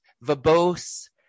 verbose